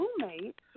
roommates